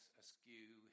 askew